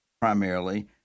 primarily